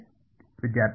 ವಿದ್ಯಾರ್ಥಿ ಸಮಯ ನೋಡಿ 0700